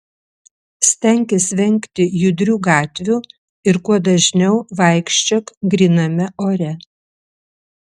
stenkis vengti judrių gatvių ir kuo dažniau vaikščiok gryname ore